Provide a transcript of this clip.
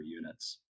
units